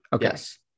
Yes